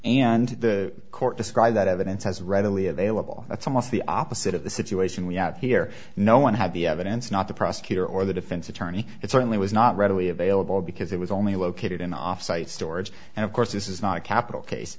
and the court described that evidence as readily available that's almost the opposite of the situation we have here no one had the evidence not the prosecutor or the defense attorney it certainly was not readily available because it was only located in off site storage and of course this is not a capital case